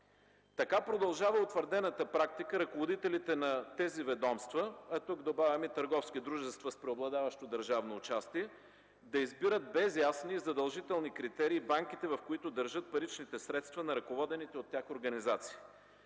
Така продължава утвърдената практика ръководителите на тези ведомства, а тук добавям и търговски дружества с преобладаващо държавно участие, да избират без ясни и задължителни критерии банките, в които държат паричните средства на ръководените от тях организации.